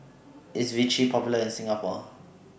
IS Vichy Popular in Singapore